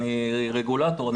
אני רגולטור,